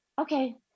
Okay